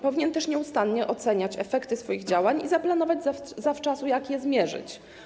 Powinien też nieustannie oceniać efekty swoich działań i zaplanować zawczasu, jak je zmierzyć.